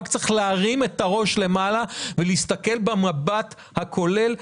רק צריך להרים את הראש למעלה ולהסתכל במבט הכולל,